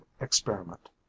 experiment